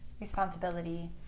responsibility